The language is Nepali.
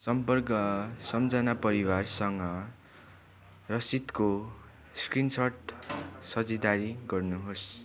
सम्पर्क सम्झना परियारसँग रसिदको स्क्रिन सट साझेदारी गर्नु होस्